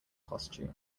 costume